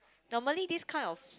normally these kind of